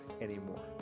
anymore